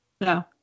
No